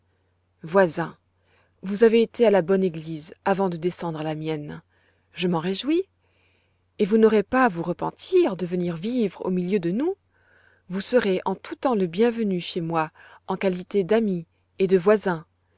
voisin vous avez été à la bonne église avant de descendre à la mienne je m'en réjouis et vous n'aurez pas à vous repentir de venir vivre au milieu de nous vous serez en tous temps le bienvenu chez moi en qualité d'ami et de voisin